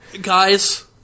guys